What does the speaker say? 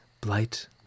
blight